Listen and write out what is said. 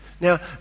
Now